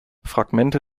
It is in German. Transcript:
fragmente